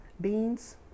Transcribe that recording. beans